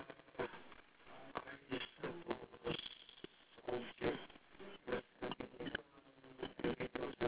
mm